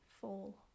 fall